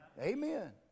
Amen